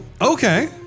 Okay